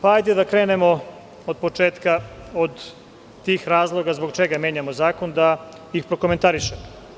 Hajde da krenemo od početka, od tih razloga zbog čega menjamo zakon, da i prokomentarišemo.